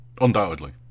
Undoubtedly